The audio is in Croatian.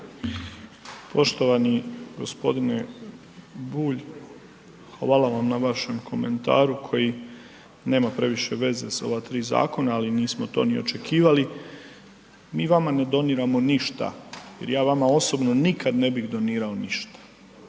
Poštovani g. Bulj, hvala vam na vašem komentaru koji nema previše veze sa ova 3 zakona, ali nismo to ni očekivali. Mi vama ne doniramo ništa jer ja vama osobno nikad ne bih donirao ništa,